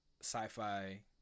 sci-fi